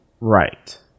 Right